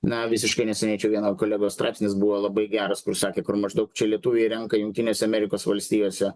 na visiškai neseniai vieno kolegos straipsnis buvo labai geras kur sakė kur maždaug čia lietuviai renka jungtinėse amerikos valstijose